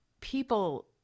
People